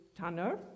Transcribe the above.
Tanner